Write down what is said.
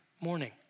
morning